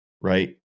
Right